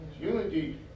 Unity